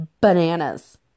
bananas